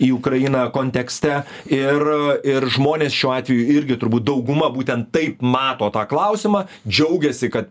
į ukrainą kontekste ir ir žmonės šiuo atveju irgi turbūt dauguma būtent taip mato tą klausimą džiaugiasi kad